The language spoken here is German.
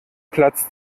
platz